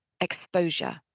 exposure